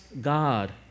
God